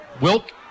Wilk